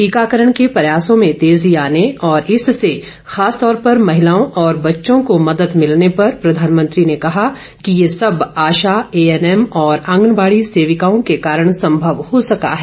टीकाकरण के प्रयासों में तेजी आने और इससे खास तौर पर महिलाओं और बच्चों को मदद मिलने पर प्रधानमंत्री ने कहा कि ये सब आशा ए एन एम और आंगनवाड़ी सेविकाओं के कारण संभव हो सका है